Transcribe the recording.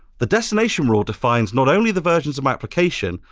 the destination rule defines not only the versions of my application,